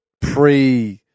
pre-